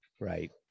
Right